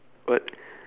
what